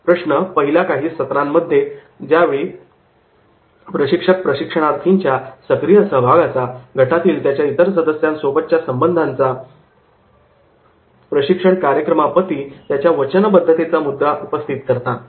प्रश्न पहिल्या काही सत्रांदरम्यान ज्यावेळी प्रशिक्षक प्रशिक्षणार्थींच्या सक्रिय सहभागाचा गटातील त्याच्या इतर सदस्यांसोबत च्या संबंधांचा प्रशिक्षण कार्यक्रमाप्रति त्यांच्या वचनबद्धतेचा मुद्दा उपस्थित करतात